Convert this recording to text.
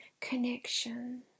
connection